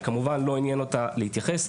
כמובן לא עניין אותה להתייחס.